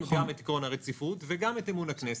גם את עיקרון הרציפות וגם את אמון הכנסת.